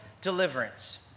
deliverance